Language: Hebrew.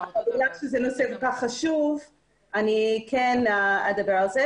אבל מכיוון שזה נושא חשוב כל כך אני אדבר על זה.